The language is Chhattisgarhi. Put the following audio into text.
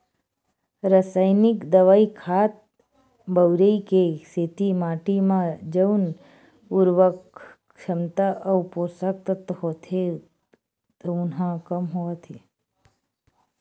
रसइनिक दवई, खातू बउरई के सेती माटी म जउन उरवरक छमता अउ पोसक तत्व होथे तउन ह कम होवत हे